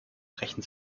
brechen